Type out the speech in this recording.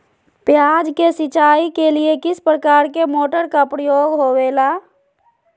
प्याज के सिंचाई के लिए किस प्रकार के मोटर का प्रयोग होवेला?